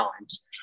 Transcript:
times